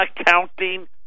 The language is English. accounting